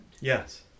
Yes